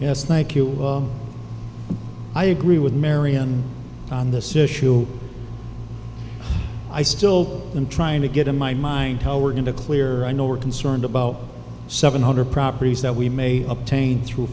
yes thank you i agree with marion on this issue i still am trying to get in my mind how we're going to clear i know we're concerned about seven hundred properties that we may obtain through